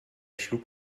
schlug